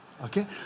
okay